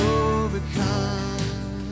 overcome